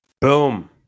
Boom